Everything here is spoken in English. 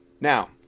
now